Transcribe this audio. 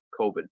COVID